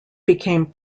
became